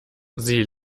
sie